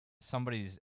somebody's